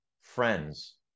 friends